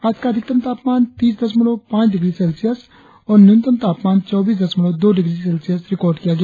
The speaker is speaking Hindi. आज का अधिकतम तापमान तीस दशमलव पांच डिग्री सेल्सियस और न्यूनतम तापमान चौबीस दशमलव दो डिग्री सेल्सियस रिकार्ड किया गया